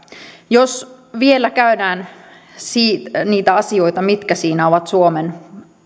jos vielä käydään läpi niitä asioita mitkä siinä ovat suomen